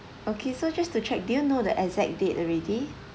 okay so just to check do you know the exact date already